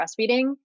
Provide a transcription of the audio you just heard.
breastfeeding